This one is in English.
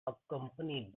accompanied